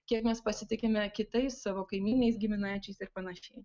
kiek mes pasitikime kitais savo kaimynais giminaičiais ir panašiai